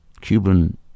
Cuban